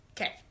Okay